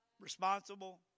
responsible